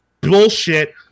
bullshit